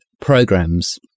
programs